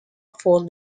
four